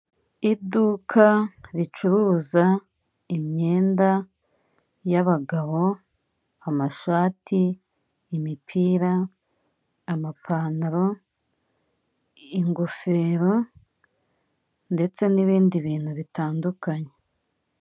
Iduka ricuruza imyenda y'abagabo amashati, imipira, amapantaro, ingofero ndetse n'ibindi bintu bitandukanye.